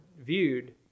viewed